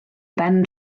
ben